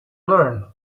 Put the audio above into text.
learn